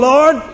Lord